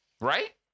Right